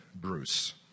Bruce